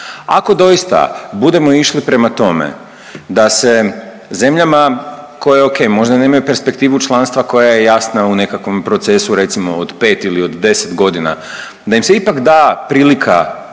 Ako doista budemo išli prema tome da se zemljama koje ok, možda nemaju perspektivu članstva koja je jasna u nekakvom procesu recimo od 5 ili od 10 godina da im se ipak da prilika